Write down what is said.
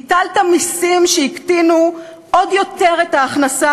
הטלת מסים שהקטינו עוד יותר את ההכנסה